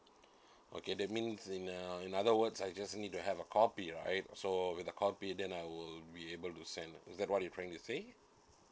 okay that means in uh another words I just need to have a copy right so with the copy then I would be able to send is that what you're trying to say